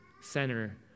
center